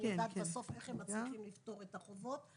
אני יודעת בסוף איך הם מצליחים לפתור את החובות.